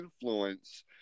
influence